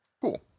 Cool